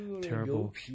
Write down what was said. terrible